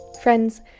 friends